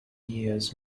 years